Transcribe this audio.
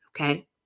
Okay